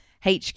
HQ